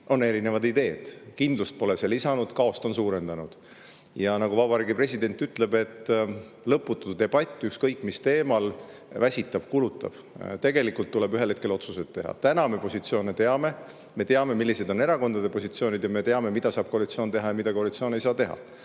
on erinevad ideed. Kindlust pole see lisanud, vaid on kaost suurendanud. Ja nagu Vabariigi President ütleb, lõputu debatt ükskõik mis teemal väsitab ja kulutab. Tegelikult tuleb ühel hetkel otsuseid teha. Täna me positsioone teame. Me teame, millised on erakondade positsioonid, ja me teame, mida saab koalitsioon teha ja mida koalitsioon ei saa teha.